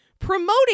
Promoting